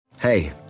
Hey